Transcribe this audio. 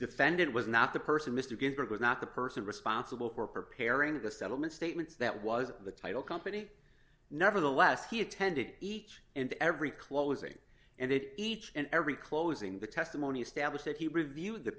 defendant was not the person mr ginsburg was not the person responsible for preparing the settlement statements that was the title company nevertheless he attended each and every closing and it each and every closing the testimony establish that he reviewed the